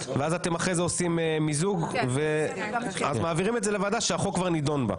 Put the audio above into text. אז אתם אחרי זה תעשו מיזוג ותעבירו את זה לוועדה שהחוק כבר נדון בה,